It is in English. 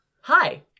Hi